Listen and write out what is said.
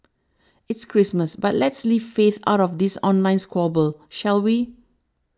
it's Christmas but let's leave faith out of this online squabble shall we